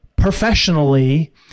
professionally